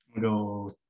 go